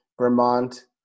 Vermont